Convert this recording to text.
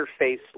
interface